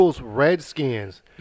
Redskins